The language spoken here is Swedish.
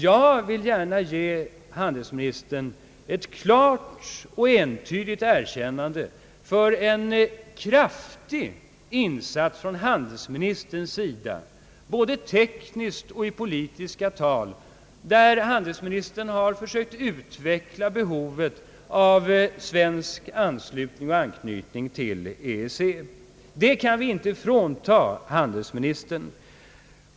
Jag vill gärna ge handelsministern ett klart och entydigt erkännande för en kraftig insats, både tekniskt och i politiska tal, där handelsministern har försökt utveckla behovet av svensk anslutning och anknytning till EEC. Det kan vi inte frånta handelsministern.